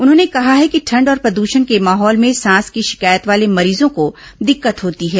उन्होंने कहा है कि ठंड और प्रद्षण के माहौल में सांस की शिकायत वाले मरीजों को दिक्कत होती है